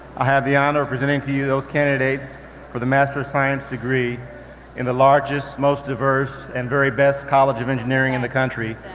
i have the honor of presenting to you those candidates for the master of science degree in the largest, most diverse and very best college of engineering in the country,